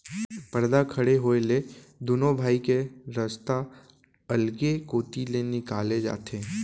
परदा खड़े होए ले दुनों भाई के रस्ता अलगे कोती ले निकाले जाथे